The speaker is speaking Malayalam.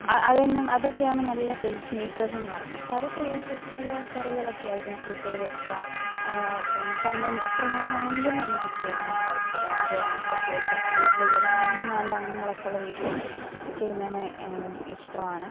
അതെന്നെ അതൊക്കെയാണ് നല്ല ടേസ്റ്റ്മെയ്ക്കേഴ്സ്ന്ന് പറയുന്നത് അപ്പതൊക്കെ യൂസ് ചെയ്തിട്ടുള്ള കറികളൊക്കെ ആയിരിക്കും കൂടുതൽ വെക്കുക അപ്പം തന്നെ എത്ര നേരം വേണമെങ്കിലും നിന്ന് കുക്ക് ചെയ്യുന്നതിന് എനിക്ക് കുഴപ്പമില്ല ഒരോണ സദ്യയൊക്കെ വീട്ടിലേക്ക് ഒരു മൂന്നോ നാലോ അംഗങ്ങളൊക്കുള്ള വീട്ടിലേക്ക് ചെയ്യുന്നതിന് ഇഷ്ട്ടവാണ്